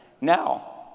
now